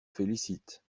félicite